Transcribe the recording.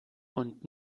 und